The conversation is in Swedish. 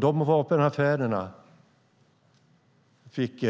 De vapenaffärerna fick